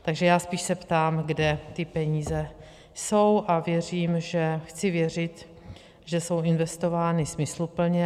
Takže já se spíše ptám, kde ty peníze jsou, a chci věřit, že jsou investovány smysluplně.